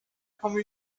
kamu